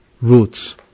roots